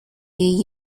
you